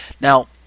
Now